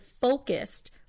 focused